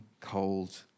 cold